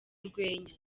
urwenya